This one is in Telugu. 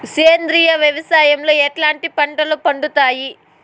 సేంద్రియ వ్యవసాయం లో ఎట్లాంటి పంటలు పండుతాయి